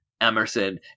Emerson